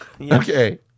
Okay